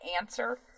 answer